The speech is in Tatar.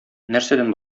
нәрсәдән